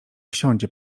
wsiądzie